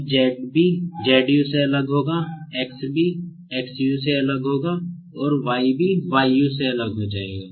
अब ZB ZU से अलग होगा XB XU से अलग होगा और YB YU से अलग हो जाएगा